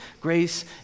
grace